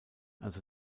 also